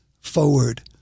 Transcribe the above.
forward